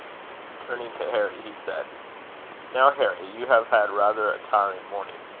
turning to harry, he said now, harry, you have had rather a tiring morning.